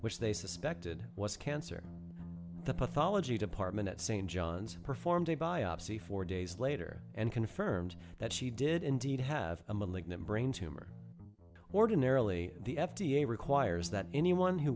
which they suspected was cancer the pathology department at st johns performed a biopsy four days later and confirmed that she did indeed have a malignant brain tumor ordinarily the f d a requires that anyone who